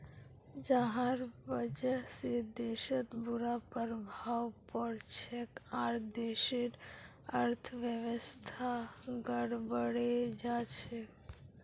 जहार वजह से देशत बुरा प्रभाव पोरछेक आर देशेर अर्थव्यवस्था गड़बड़ें जाछेक